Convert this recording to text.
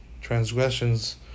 transgressions